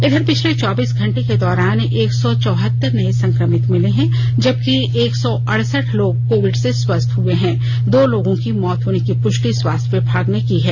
इधर पिछले चौबीस घंटे के दौरान एक सौ चौहतर नए संक्रमित मिले हैं जबकि एक सौ अडसठ लोग कोविड से स्वस्थ हुए हैं दो लोगों की मौत होने की पुष्टि स्वास्थ्य विभाग ने की है